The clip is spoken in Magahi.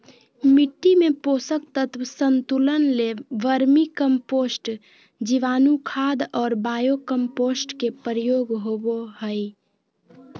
मिट्टी में पोषक तत्व संतुलन ले वर्मी कम्पोस्ट, जीवाणुखाद और बायो कम्पोस्ट के प्रयोग होबो हइ